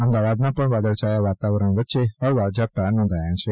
અમદાવાદમાં પણ વાદળછાયાં વાતાવરણ વચ્ચે હળવા ઝાપટાં નોંધાયા છે